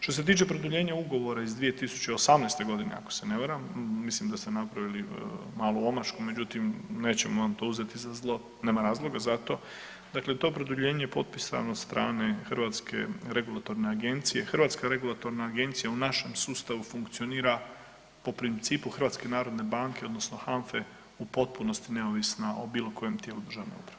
Što se tiče produljenja ugovora iz 2018. g., ako se ne varam, mislim da ste napravili malu omašku, međutim, nećemo vam to uzeti za zlo, nema razloga za to, dakle to produljenje je potpisano od strane Hrvatske regulatorne agencije, Hrvatska regulatorna agencija u našem sustavu funkcionira po principu HNB-a, odnosno HANFA-e, u potpunosti neovisna o bilo kojem tijelu državne uprave.